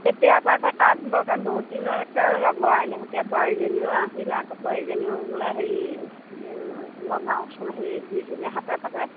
তেতিয়া পা আকৌ তাঁত বৰ বহুত দিনলৈকে লগোৱাই নাই এতিয়া বোৱাৰীজনীও আহিলে আকৌ বোৱাৰীজনীও বোলে হেৰি লগাওঁচোন হেৰি দুইজনীয়ে হাতে পাতে